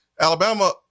Alabama